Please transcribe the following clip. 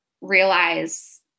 realize